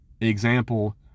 example